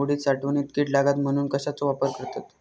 उडीद साठवणीत कीड लागात म्हणून कश्याचो वापर करतत?